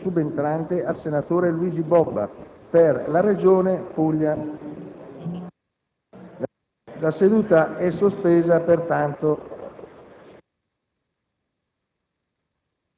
In conseguenza dell'opzione esercitata dal senatore Bobba per la Regione Piemonte, invito la Giunta delle elezioni a riunirsi immediatamente nell'adiacente Sala Pannini al fine di procedere